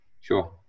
sure